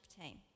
team